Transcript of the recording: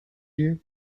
you